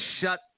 shut